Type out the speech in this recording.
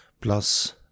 plus